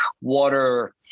Water